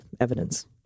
evidence